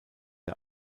der